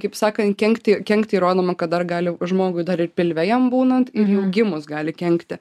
kaip sakant kenkti kenkti įrodoma kad dar gali žmogui dar ir pilve jam būnant jum gimus gali kenkti